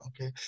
okay